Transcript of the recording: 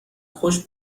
خوش